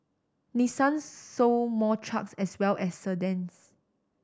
Nissan sold more trucks as well as sedans